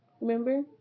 Remember